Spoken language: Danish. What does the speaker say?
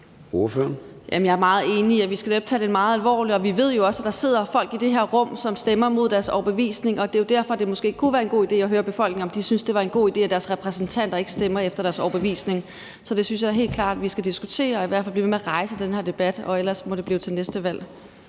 Jeg er meget enig. Vi skal netop tage det meget alvorligt, og vi ved jo også, at der i det her rum sidder folk, som stemmer mod deres overbevisning. Det er jo også derfor, det måske kunne være en god idé at høre befolkningen, om de synes, det var en god idé, at deres repræsentanter ikke stemmer efter deres overbevisning. Så det synes jeg helt klart vi skal diskutere, og vi skal i hvert fald blive ved med at rejse den her debat. Ellers må det blive til næste valg.